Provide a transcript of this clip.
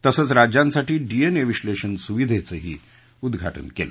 तसंच राज्यांसाठी डीएनए विश्लेषण सुविधेचंही उद्घाटन केलं